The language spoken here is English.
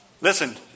Listen